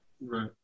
Right